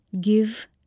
give